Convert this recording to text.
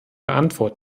antwort